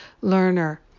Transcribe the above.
learner